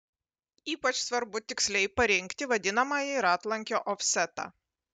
ypač svarbu tiksliai parinkti vadinamąjį ratlankio ofsetą